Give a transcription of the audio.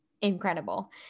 incredible